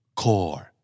core